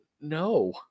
no